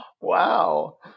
Wow